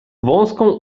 wąską